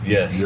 Yes